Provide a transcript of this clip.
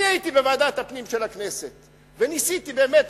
הייתי בוועדת הפנים של הכנסת וניסיתי באמת,